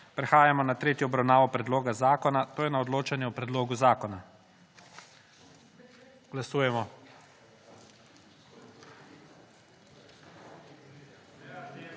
prehajamo na tretjo obravnavo predloga zakona, to je na odločanje o predlogu zakona. Glasujemo.